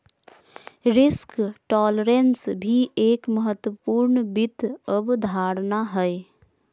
risk tolerance भी एक महत्वपूर्ण वित्त अवधारणा हय